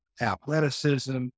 athleticism